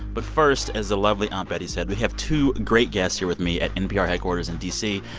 but first, as the lovely aunt betty said, we have two great guests here with me at npr headquarters in d c,